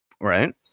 Right